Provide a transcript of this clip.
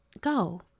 go